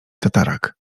tatarak